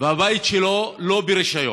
והבית שלו לא ברישיון,